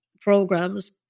programs